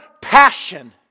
passion